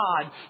God